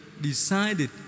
decided